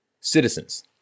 citizens